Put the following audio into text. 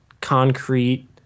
concrete